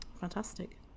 fantastic